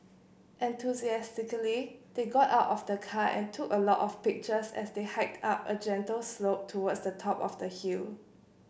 enthusiastically they got out of the car and took a lot of pictures as they hiked up a gentle slope towards the top of the hill